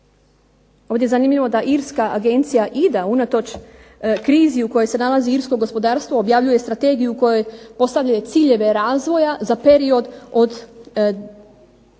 Ovdje je zanimljivo da irska agencija IDA unatoč krizi u kojoj se nalazi irsko gospodarsko objavljuje strategiju u kojoj postavljaju ciljeve razvoja za period do